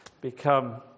become